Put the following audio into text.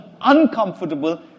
uncomfortable